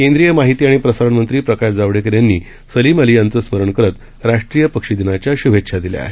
केंद्रीय माहिती आणि प्रसारण मंत्री प्रकाश जावडेकर यांनी सलिम अली यांचं स्मरण करत राष्ट्रीय पक्षी दिनाच्या श्भेच्छा दिल्या आहेत